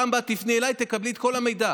בפעם הבאה תפני אליי תקבלי את כל המידע,